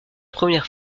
première